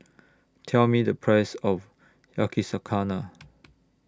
Tell Me The Price of Yakizakana